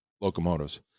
locomotives